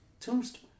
Tombstone